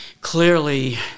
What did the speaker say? clearly